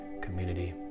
community